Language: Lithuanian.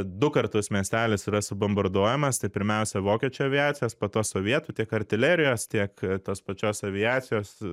du kartus miestelis yra subombarduojamas tai pirmiausia vokiečių aviacijos po to sovietų tiek artilerijos tiek tos pačios aviacijos